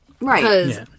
Right